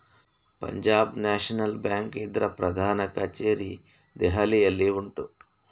Punjab national bank ಇದ್ರ ಪ್ರಧಾನ ಕಛೇರಿ ದೆಹಲಿಯಲ್ಲಿ ಉಂಟು